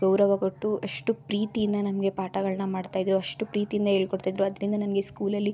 ಗೌರವ ಕೊಟ್ಟು ಅಷ್ಟು ಪ್ರೀತಿಯಿಂದ ನಮಗೆ ಪಾಠಗಳನ್ನ ಮಾಡ್ತಾಯಿದ್ರು ಅಷ್ಟು ಪ್ರೀತಿಯಿಂದ ಹೇಳ್ಕೊಡ್ತಾ ಇದ್ದರು ಅದರಿಂದ ನನಗೆ ಸ್ಕೂಲಲ್ಲಿ